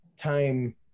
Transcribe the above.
time